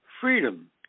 Freedom